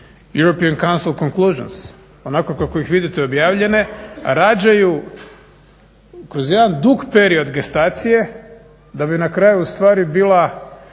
European consult conslusione onako kako ih vidite objavljene rađaju kroz jedan dug period gestacije da bi na kraju ustvari bila,